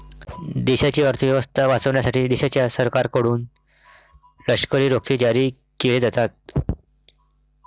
देशाची अर्थ व्यवस्था वाचवण्यासाठी देशाच्या सरकारकडून लष्करी रोखे जारी केले जातात